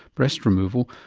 breast removal,